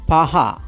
Paha